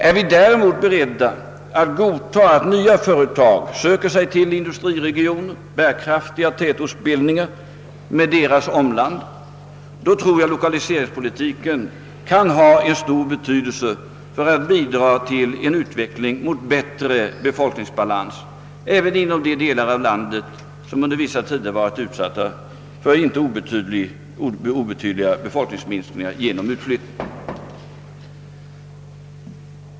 Är vi däremot beredda att godta att företagen söker sig till bärkraftiga tätortsbildningar med omland tror jag att lokaliseringspolitiken kan ha stor betydelse som bidrag till en utveckling mot bättre befolkningsbalans även inom de delar av landet som under vissa tider varit utsatta för inte obetydliga befolkningsminskningar genom utflyttning.